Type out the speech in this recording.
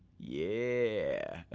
yeah.